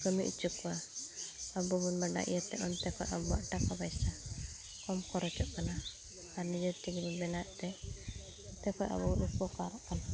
ᱠᱟᱹᱢᱤ ᱚᱪᱚᱠᱚᱣᱟ ᱟᱵᱚᱵᱚᱱ ᱵᱟᱰᱟᱭ ᱤᱭᱟᱹᱛᱮ ᱚᱱᱛᱮ ᱠᱷᱚᱡ ᱟᱵᱚᱣᱟᱜ ᱴᱟᱠᱟ ᱯᱚᱭᱥᱟ ᱠᱚᱢ ᱠᱷᱚᱨᱚᱪᱚᱜ ᱠᱟᱱᱟ ᱟᱨ ᱱᱤᱭᱟᱹᱛᱮᱜᱮ ᱵᱚᱱ ᱵᱮᱱᱟᱣᱮᱫᱛᱮ ᱚᱱᱛᱮ ᱠᱷᱚᱡ ᱟᱵᱚᱵᱚᱱ ᱩᱯᱚᱠᱟᱨᱚᱜ ᱠᱟᱱᱟ